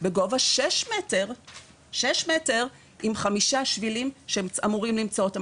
בגובה שש מטר עם חמישה שבילים שהם אמורים למצוא אותם?